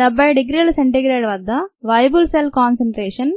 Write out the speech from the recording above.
70 degree C వద్ద "viable cell concentration"